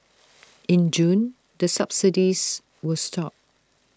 in June the subsidies were stopped